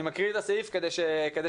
אני קורא את הסעיף כדי שתבינו.